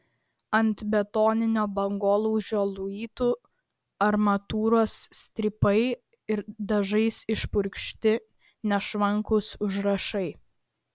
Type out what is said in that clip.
ant betoninio bangolaužio luitų armatūros strypai ir dažais išpurkšti nešvankūs užrašai